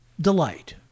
delight